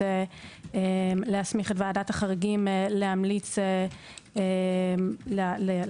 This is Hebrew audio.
להסמיך את ועדת החריגים להמליץ לכנסת,